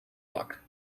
luck